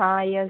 हाँ यस